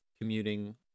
commuting